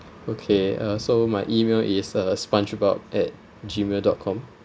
okay uh so my email is uh spongebob at gmail dot com